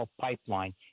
pipeline